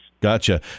Gotcha